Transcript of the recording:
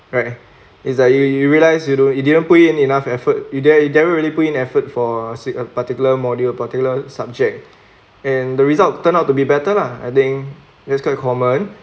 right it's like you you realize you don't you didn't put in enough effort you dare you never really put in effort for sit a particular module particular subject and the result turned out to be better lah I think it's quite common